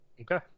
okay